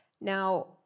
Now